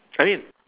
I mean